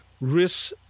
risk